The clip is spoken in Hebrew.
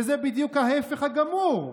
וזה בדיוק ההפך הגמור,